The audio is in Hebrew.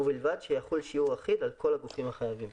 ובלבד שיחול שיעור אחיד על כל הגופים החייבים.